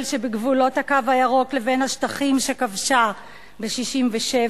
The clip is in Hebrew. שבגבולות "הקו הירוק" לבין השטחים שכבשה ב-67',